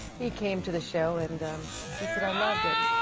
he came to the show and he said i loved it,